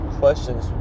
questions